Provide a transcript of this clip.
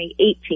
2018